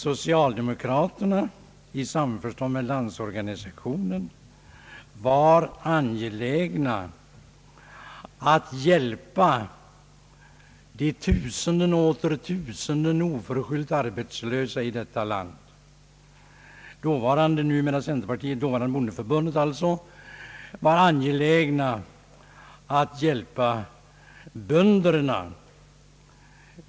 Socialdemokraterna i samförstånd med LO var angelägna att hjälpa de tusenden och åter tusenden oförskylit arbetslösa i vårt land. Nuvarande centerpartiet, dåvarande bondeförbundet, var angeläget att hjälpa bönderna.